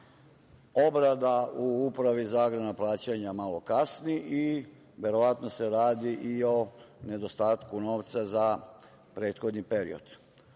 obrada u Upravi za agrarna plaćanja malo kasni i verovatno se radi i o nedostatku novca za prethodni period. Naravno